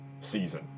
season